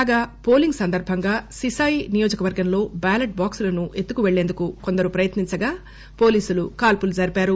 కాగా పోలింగ్ సందర్బంగా సిసాయి నియోజకవర్గంలో బ్యాలెట్ బాక్సులను ఎత్తుకువెళ్చేందుకు ప్రయత్నించగా పోలీసులు కాల్సులు జరిపారు